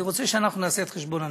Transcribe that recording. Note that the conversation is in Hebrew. אני רוצה שאנחנו נעשה את חשבון הנפש.